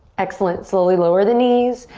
excellent, slowly lower the knees.